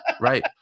right